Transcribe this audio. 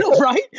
right